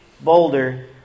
boulder